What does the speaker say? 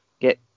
get